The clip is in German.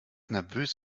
nervös